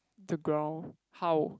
the ground how